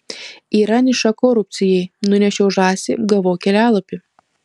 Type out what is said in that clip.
yra niša korupcijai nunešiau žąsį gavau kelialapį